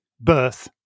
birth